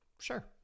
Sure